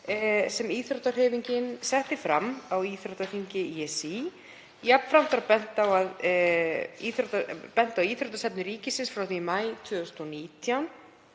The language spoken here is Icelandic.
sem íþróttahreyfingin setti fram á Íþróttaþingi ÍSÍ. Jafnframt var bent á íþróttastefnu ríkisins frá maí 2019